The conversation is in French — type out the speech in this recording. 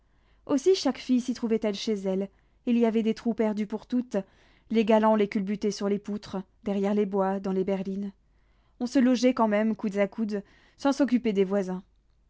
aussi chaque fille s'y trouvait-elle chez elle il y avait des trous perdus pour toutes les galants les culbutaient sur les poutres derrière les bois dans les berlines on se logeait quand même coudes à coudes sans s'occuper des voisins